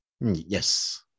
Yes